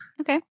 Okay